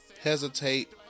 hesitate